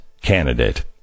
candidate